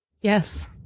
Yes